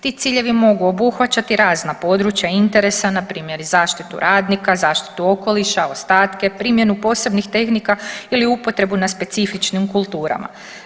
Ti ciljevi mogu obuhvaćati razna područja interesa, na primjer zaštitu radnika, zaštitu okoliša, ostatke, primjenu posebnih tehnika ili upotrebu na specifičnim kulturama.